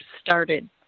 started